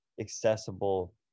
accessible